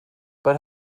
but